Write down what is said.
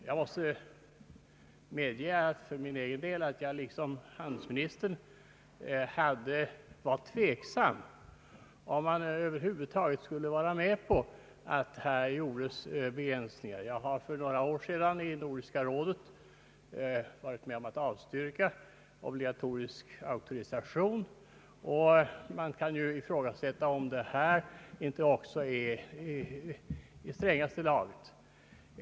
Jag måste medge att jag liksom handelsministern var tveksam om man över huvud taget skulle vara med på att här införa lagliga begränsningar. Jag har för några år sedan i Nordiska rådet varit med om att avstyrka förslag om obligatorisk auktorisation, och man kan ifrågasätta om inte detta också är i strängaste laget.